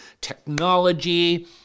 technology